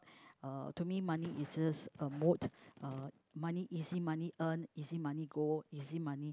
uh to me money is just a mode uh money easy money earn easy money go easy money